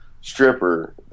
stripper